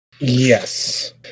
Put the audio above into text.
Yes